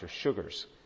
sugars